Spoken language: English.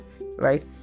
right